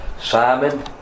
Simon